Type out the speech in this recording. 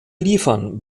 liefern